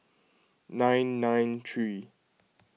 nine nine three